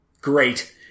great